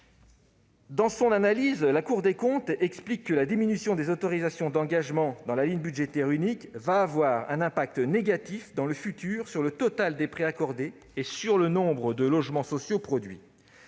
Dans son analyse, elle explique que la diminution des autorisations d'engagement dans la ligne budgétaire unique aura un impact négatif dans le futur sur le total des prêts accordés et sur le nombre de logements sociaux produits.